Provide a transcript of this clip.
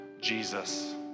Jesus